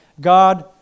God